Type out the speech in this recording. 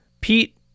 Pete